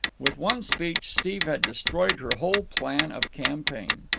with one speech steve had destroyed her whole plan of campaign.